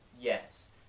Yes